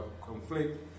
conflict